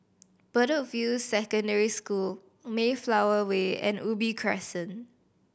Bedok View Secondary School Mayflower Way and Ubi Crescent